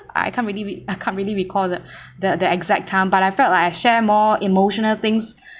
I can't really re~ I can't really recall the the the exact time but I felt like I share more emotional things